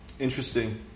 Interesting